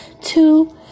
two